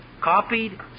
copied